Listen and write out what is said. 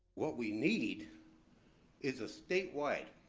what we need is a statewide,